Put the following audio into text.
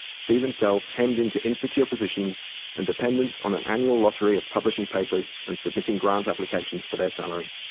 see themselves hemmed into insecure positions and dependent on an annual lottery of publishing papers and submitting grant applications for their salary.